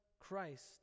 Christ